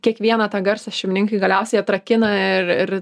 kiekvieną tą garsą šeimininkai galiausiai atrakina ir ir